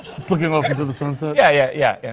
just looking off into the sunset. yeah, yeah, yeah, yeah.